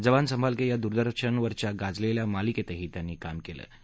जबान संभालके या दूरदर्शनवरच्या गाजलेल्या मालिकेतही त्यांनी काम केलं होतं